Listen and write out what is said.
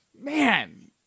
Man